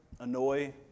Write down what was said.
annoy